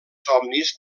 somnis